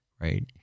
right